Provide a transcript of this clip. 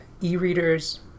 e-readers